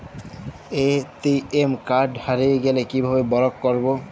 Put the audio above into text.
ATM card হারিয়ে গেলে কিভাবে ব্লক করবো?